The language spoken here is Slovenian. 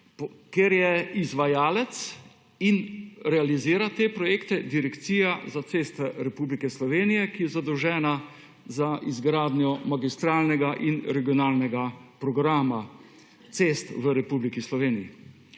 ker je izvajalec in realizira te projekte Direkcija za ceste Republike Slovenije, ki je zadolžena za izgradnjo magistralnega in regionalnega programa cest v Republiki Sloveniji.